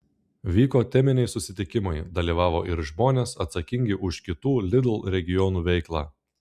vyko teminiai susitikimai dalyvavo ir žmonės atsakingi už kitų lidl regionų veiklą